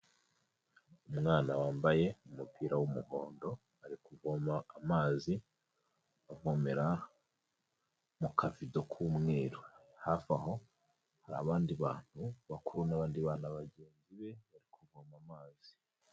Umwana wambaye umupira w'umuhondo, ari kuvoma amazi avomera mu kavido k'umweru. Hafi aho hari abandi bantu bakuru n'abandi bana bagenzi be bari kuvoma amazi.